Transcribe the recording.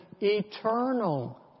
eternal